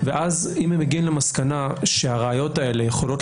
אם הם מגיעים למסקנה שהראיות האלה יכולות